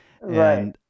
Right